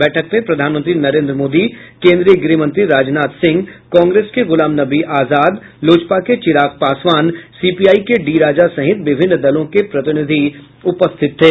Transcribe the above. बैठक में प्रधानमंत्री नरेन्द्र मोदी केन्द्रीय गृह मंत्री राजनाथ सिंह कांग्रेस के गुलाम नबी आजाद लोजपा के चिराग पासवान सीपीआई के डी राजा सहित विभिन्न दलों के प्रतिनिधि उपस्थित थे